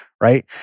right